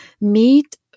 meet